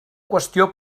qüestió